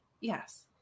Yes